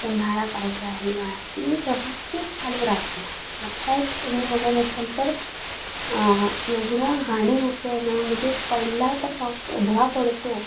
उन्हाळा पावसाळा हिवाळा ती व्यवस्थित चालू राहील आत्ताच तुम्ही बघत असाल तर एवढं हानी होते आहे ना म्हणजे पडला तर पाऊस एवढा पडतो